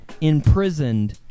imprisoned